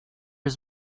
was